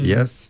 Yes